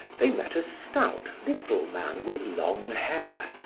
they met a stout, little man with long hair,